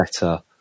better